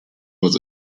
was